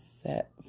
set